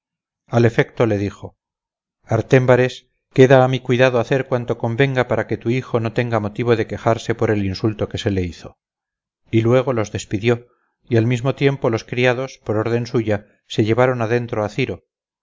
al efecto lo dijo artémbares queda a mi cuidado hacer cuanto convenga para que tu hijo no tenga motivo de quejarse por el insulto que se le hizo y luego los despidió y al mismo tiempo los criados por orden suya se llevaron adentro a ciro